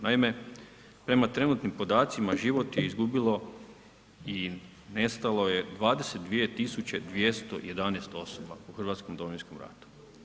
Naime, prema trenutnim podacima život je izgubilo i nestalo je 22 tisuće 211 osoba u hrvatskom domovinskom ratu.